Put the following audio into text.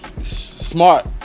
smart